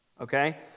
Okay